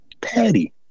Patty